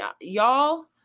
y'all